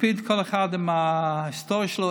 להקפיד לגבי כל אחד וההיסטוריה שלו,